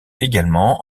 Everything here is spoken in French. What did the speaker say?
également